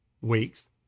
weeks